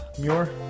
Muir